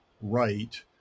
right